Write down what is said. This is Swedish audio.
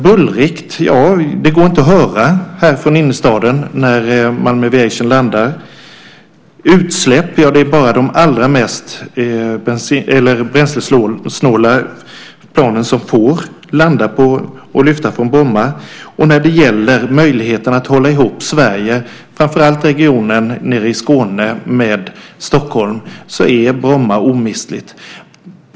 Bullrigt - ja, det går inte att höra från innerstaden när Malmö Aviations plan landar. Utsläpp - ja, det är bara de bränslesnåla planen som får landa på och lyfta från Bromma. Och när det gäller möjligheterna att hålla ihop Sverige, framför allt att hålla ihop Skåneregionen med Stockholm, är Bromma omistligt.